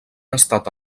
estat